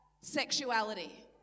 sexuality